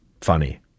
funny